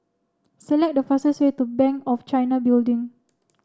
select the fastest way to Bank of China Building